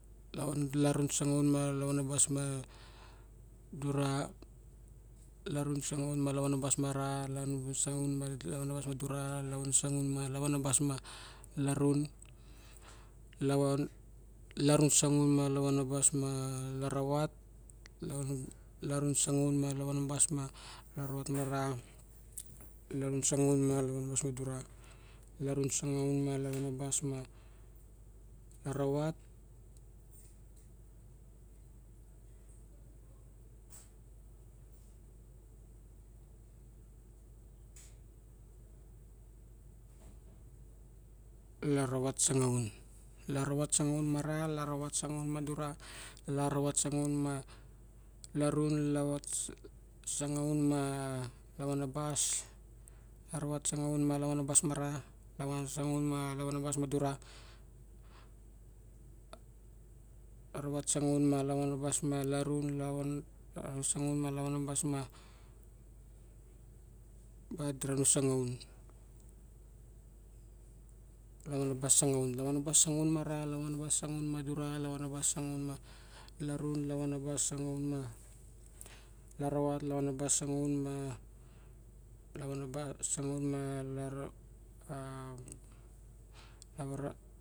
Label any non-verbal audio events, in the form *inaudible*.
Larun sangaun ma lavanabas ma dur a larun sangaun ma laanavas ma ra larun sangaun ma lavanavas ma dura larun sangaun ma lavanavas ma larun lavan larun sangaun ma lavanabas ma larava larum sangaun ma lavanavas ma laravat ma ra larun sangaun ma laravat ma fura larun sangaun ma laravat ma laravat *hesitation* laravat sangaun laravat sangaun ma ra laravat sangaun ma dura laravat sangaun ma larun lavat sangaun ma lavanabas laravat sangaun ma lavanabas ma ra lavan sangaun ma lavanabas ma dura *hesitation* laravat sangaun ma lavanabas ma lrun lavun sangaun ma lavanabas ma dura na sangaun lavanabas sangaun lava nabas sangaun ma ra lavanabas sangaun ma dura lavanabas sangaun ma larun lavanabus sangaun ma laravat lavanabas sangaun ma lavanabus sangaun ma lara *hesitation*